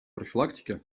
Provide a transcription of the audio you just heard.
профилактике